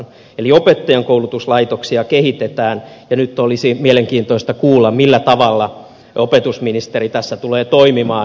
eli opettajankoulutuslaitoksia kehitetään ja nyt olisi mielenkiintoista kuulla millä tavalla opetusministeri tässä tulee toimimaan